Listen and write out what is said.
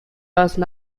وجه